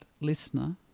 listener